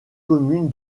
commune